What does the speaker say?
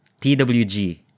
TWG